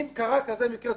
אם קרה כזה מקרה,